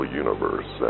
universe